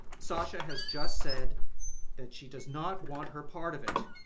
sasha has just said that she does not want her part of it.